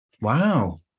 Wow